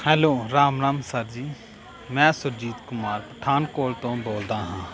hello Ram Ram sir ji ਮੈਂ ਸੁਰਜੀਤ ਕੁਮਾਰ ਪਠਾਨਕੋਟ ਤੋਂ ਬੋਲਦਾ ਹਾਂ